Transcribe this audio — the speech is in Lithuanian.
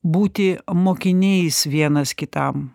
būti mokiniais vienas kitam